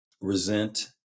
resent